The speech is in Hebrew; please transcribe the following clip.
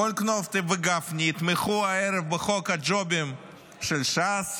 גולדקנופ וגפני יתמכו הערב בחוק הג'ובים של ש"ס,